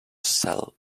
sell